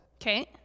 okay